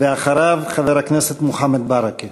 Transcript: ואחריו, חבר הכנסת מוחמד ברכה.